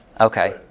Okay